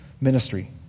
ministry